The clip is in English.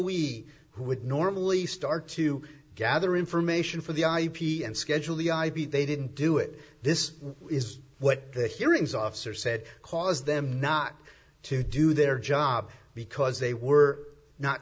we would normally start to gather information for the ip and schedule the i v they didn't do it this is what the hearings officer said cause them not to do their job because they were not